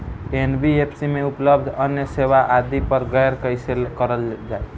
NBFC में उपलब्ध अन्य सेवा आदि पर गौर कइसे करल जाइ?